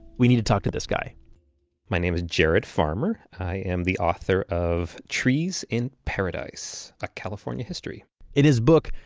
we need to talk to this guy my name is jared farmer. i am the author of trees in paradise a california history in his book,